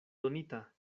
donita